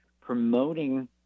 promoting